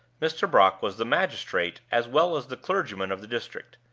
mr. brock was the magistrate as well as the clergyman of the district,